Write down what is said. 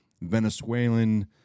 Venezuelan